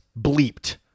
bleeped